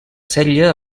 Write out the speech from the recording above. sèrie